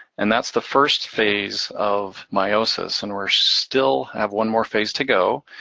and that's the first phase of meiosis, and we're still have one more phase to go.